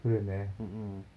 mm mm